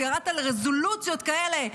וירדת לרזולוציות כאלה,